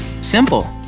Simple